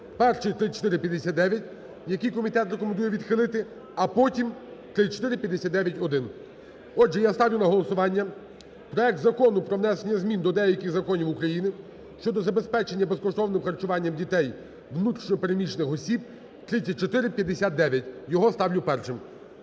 перший 3459, який комітет рекомендує відхилити, а потім 3459-1. Отже, я ставлю на голосування проект Закону про внесення змін до деяких законів України щодо забезпечення безкоштовним харчуванням дітей внутрішньо переміщених осіб (3459) його ставлю першим.